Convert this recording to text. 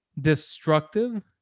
destructive